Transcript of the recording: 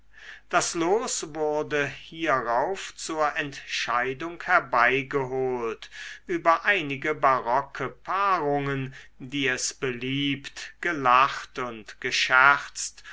das los wurde hierauf zur entscheidung herbeigeholt über einige barocke paarungen die es beliebt gelacht und gescherzt